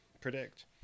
predict